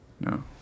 No